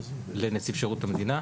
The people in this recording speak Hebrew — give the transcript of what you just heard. לנציב שירות המדינה,